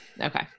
Okay